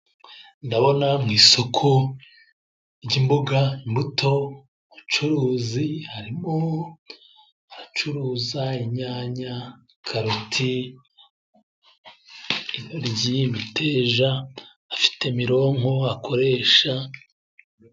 Ndabona mu isoko ry'imboga imbuto bucuruzi harimo acuruza inyanya, karoti, imiteja afite mironko akoresha.